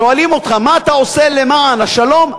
שואלים אותך: מה אתה עושה למען השלום?